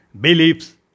beliefs